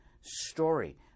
story